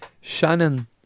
Shannon